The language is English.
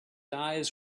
eyes